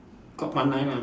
got one line lah